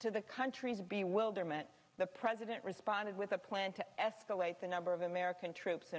to the country to be willed or meant the president responded with a plan to escalate the number of american troops in